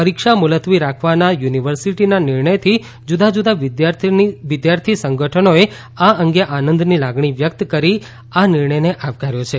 પરીક્ષા મુલત્વી રાખવાના યુનિવર્સિટીના નિર્ણયથી જુદા જુદા વિધ્યાર્થી સંગઠનોએ આ અંગે આનંદની લાગણી વ્યક્ત કરી આ નિર્ણયને આવકાર્યો છે